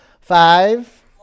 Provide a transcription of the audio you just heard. five